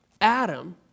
Adam